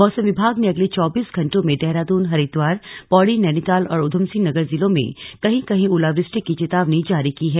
मौसम विभाग ने अगले चौबीस घंटों में देहरादून हरिद्वार पौड़ी नैनीताल और उधमसिंह नगर जिलों में कहीं कहीं ओलावृष्टि की चेतावनी जारी की है